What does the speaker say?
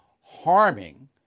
harming